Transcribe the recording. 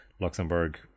Luxembourg